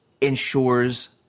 ensures